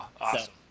awesome